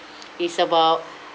is about